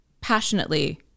passionately